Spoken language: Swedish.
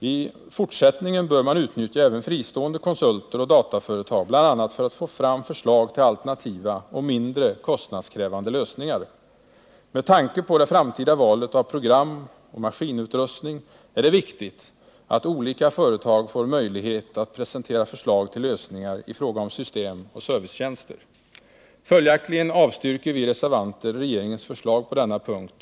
I fortsättningen bör man utnyttja även fristående konsulter och dataföretag, bl.a. för att få fram förslag till alternativa och mindre kostnadskrävande lösningar. Med tanke på det framtida valet av program och maskinutrustning är det viktigt att olika företag får möjlighet att presentera förslag till lösningar i fråga om system och servicetjänster. Följaktligen avstyrker vi reservanter regeringens förslag på denna punkt.